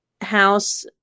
house